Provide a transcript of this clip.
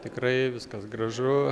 tikrai viskas gražu